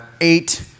eight